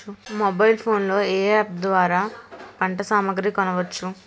Mobile phone లో ఏ app ద్వారా పంట సామాగ్రి కొనచ్చు?